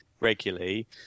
regularly